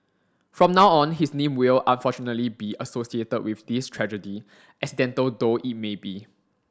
from now on his name will unfortunately be associated with this tragedy accidental though it may be